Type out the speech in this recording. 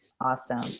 Awesome